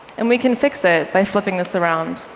and we can fix it by flipping this around